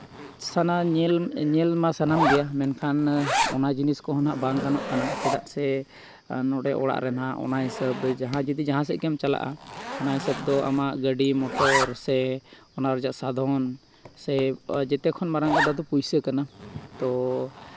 ᱥᱟᱱᱟ ᱧᱮᱞ ᱧᱮᱞ ᱢᱟ ᱥᱟᱱᱟᱢ ᱜᱮᱭᱟ ᱢᱮᱱᱠᱷᱟᱱ ᱚᱱᱟ ᱡᱤᱱᱤᱥ ᱠᱚᱦᱚᱸ ᱱᱟᱦᱟᱜ ᱵᱟᱝ ᱜᱟᱱᱚᱜ ᱠᱟᱱᱟ ᱪᱮᱫᱟᱜ ᱥᱮ ᱱᱚᱸᱰᱮ ᱚᱲᱟᱜ ᱨᱮ ᱱᱟᱦᱟᱜ ᱚᱱᱟ ᱦᱤᱥᱟᱹᱵᱽ ᱡᱟᱦᱟᱸᱭ ᱡᱩᱫᱤ ᱡᱟᱦᱟᱸ ᱥᱮᱫ ᱜᱮᱢ ᱪᱟᱞᱟᱜᱼᱟ ᱚᱱᱟ ᱦᱤᱥᱟᱹᱵᱽ ᱫᱚ ᱟᱢᱟᱜ ᱜᱟᱹᱰᱤ ᱢᱚᱴᱚᱨ ᱥᱮ ᱚᱱᱟ ᱨᱮᱡᱟᱜ ᱥᱟᱫᱷᱚᱱ ᱥᱮ ᱡᱚᱛᱚ ᱠᱷᱚᱱ ᱢᱟᱨᱟᱝ ᱠᱟᱛᱷᱟ ᱫᱚ ᱯᱚᱭᱥᱟ ᱠᱟᱱᱟ ᱛᱚ